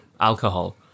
alcohol